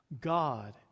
God